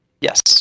Yes